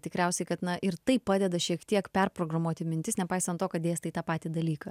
tikriausiai kad na ir tai padeda šiek tiek perprogramuoti mintis nepaisant to kad dėstai tą patį dalyką